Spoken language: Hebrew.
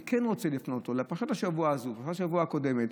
אני כן רוצה לפנות לפרשת השבוע הזו ולפרשת השבוע הקודמת,